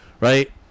right